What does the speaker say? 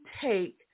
take